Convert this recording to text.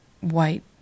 white